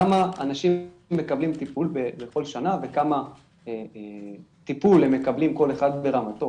כמה אנשים מקבלים טיפול בכל שנה וכמה טיפול הם מקבלים כל אחד ברמתו,